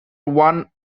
one